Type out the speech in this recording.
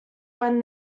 when